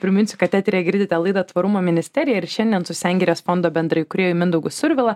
priminsiu kad eteryje girdite laidą tvarumo ministerija ir šiandien su sengirės fondo bendraįkūrėju mindaugu survila